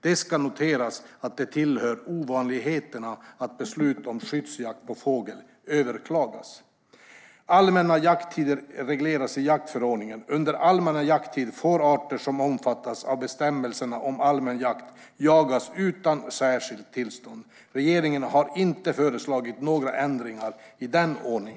Det ska noteras att det tillhör ovanligheterna att beslut om skyddsjakt på fågel överklagas. Allmänna jakttider regleras i jaktförordningen. Under allmän jakttid får arter som omfattas av bestämmelserna om allmän jakt jagas utan särskilt tillstånd. Regeringen har inte föreslagit några ändringar i denna ordning.